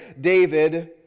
David